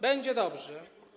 Będzie dobrze.